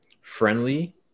friendly